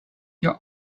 your